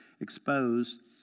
exposed